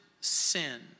sin